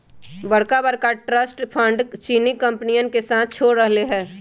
बड़का बड़का trust funds चीनी कंपनियन के साथ छोड़ रहले है